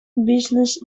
business